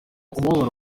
umubabaro